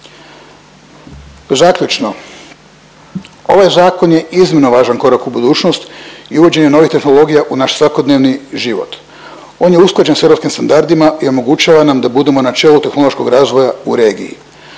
Zaključno, ovaj zakon je iznimno važan korak u budućnost i uvođenje novih tehnologija u naš svakodnevni život. On je usklađen s europskim standardima i omogućava nam da budemo na čelu tehnološkog razvoja u regiji,